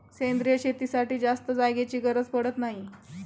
सेंद्रिय शेतीसाठी जास्त जागेची गरज पडत नाही